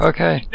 Okay